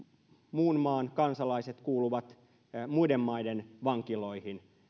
muun maan kansalaiset kuuluvat muiden maiden vankiloihin